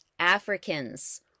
Africans